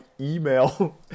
email